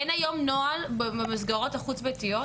אין היום נוהל במסגרות החוץ ביתיות?